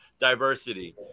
diversity